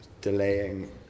delaying